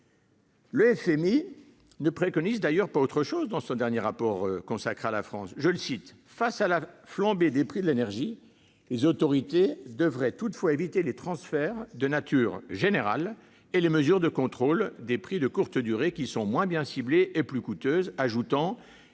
(FMI) ne préconise d'ailleurs pas autre chose dans son dernier rapport consacré à la France :« Face